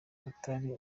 katari